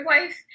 Wife